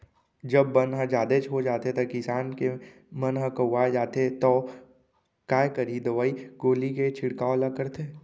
जब बन ह जादेच हो जाथे त किसान के मन ह कउवा जाथे तौ काय करही दवई गोली के छिड़काव ल करथे